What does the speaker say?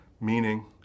meaning